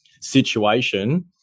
situation